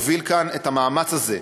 שהוביל כאן את המאמץ הזה,